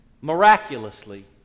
miraculously